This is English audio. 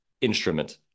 instrument